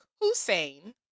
Hussein